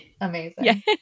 Amazing